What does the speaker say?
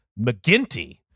McGinty